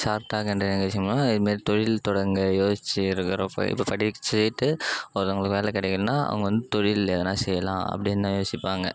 shark Tank என்ற நிகழ்ச்சி மூலமாக இது மாரி தொழில் தொடங்க யோசித்து இருக்கிற இப்போ படிச்சுட்டு ஒருத்தங்களுக்கு வேலை கிடைக்கலன்னா அவங்க வந்து தொழில் எதுனா செய்யலாம் அப்படின்னு யோசிப்பாங்க